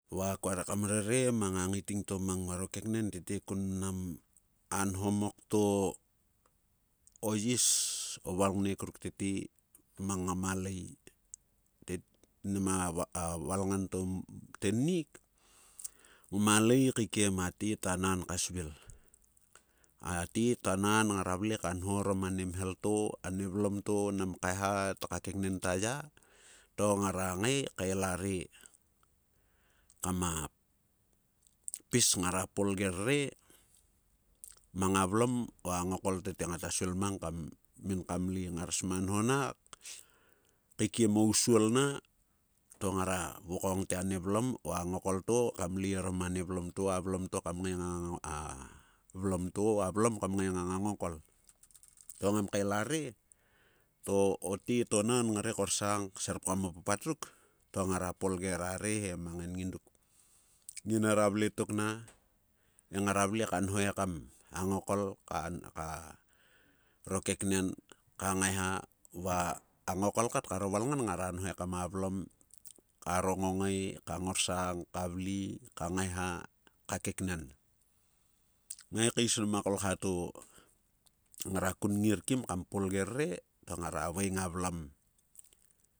Va kua re kam rere mang a ngaiting to mang nguaro keknen. Tete kun mnom nhomok to o yis, o valngek ruk tete, mang ngama lei. Tei mnam a valngan to tennik, ngama lei kaikiem a tet a nan ka svil. A tet anan ngara vle ka nho orom a nemhel to a ne vlom to, nam kaeha tka keknen ta ya, to ngara ngae kael a re. Kama pis, ngara polger re mang a vlom, o a ngokol to te ngata svil mang kam, min kam lei. Ngar sma nho na, kaikiem o usuol na, to ngara vokong te ane vlom, o, a ngokol to kam lei orom ani vlom to, a vlom to kam ngae ngang a a vlom to, a vlom kam ngae ngang a ngokol. To ngam kael are, to otet onan ngare korsang kserpgam o papat ruk, to ngar polger a re he mang en ngiduk. Nginera vletok ne he ngara vle ka nho ekam a ngokol ka ro keknen ka ngaeha, va a ngokol kat karo val ngan ngara nho ekam a vlem ngongae, ka ngorsang, ka vle, ka ngae, ka keknen. Ngae kais mnam a kolkha to ngara kun ngir kim kam polger re, to ngara vaeng a vlom. Ipai